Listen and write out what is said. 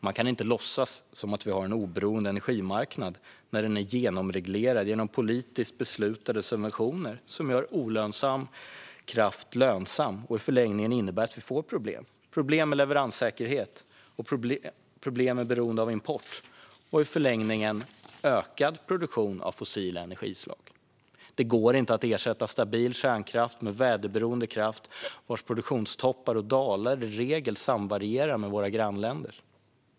Man kan inte låtsas som om vi har en oberoende energimarknad när den är genomreglerad genom politiskt beslutade subventioner som gör olönsam kraft lönsam och i förlängningen innebär att vi får problem, till exempel med leveranssäkerhet och att vi blir beroende av import. I förlängningen får vi ökad produktion av fossila energislag. Det går inte att ersätta stabil kärnkraft med väderberoende kraft vars produktionstoppar och dalar i regel samvarierar med våra grannländers.